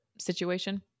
situation